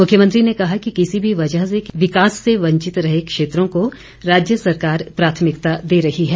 मुख्यमंत्री ने कहा कि किसी भी वजह से विकास से वंचित रहे क्षेत्रों को राज्य सरकार प्राथमिकता दे रही है